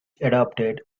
adopted